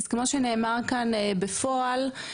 עוד נושא שכבר נבחן והתחילה פעילות